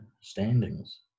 standings